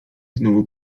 znowu